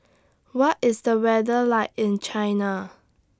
What IS The weather like in China